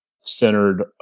centered